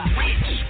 rich